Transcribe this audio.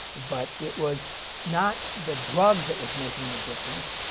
but it was not the drug that was making a difference.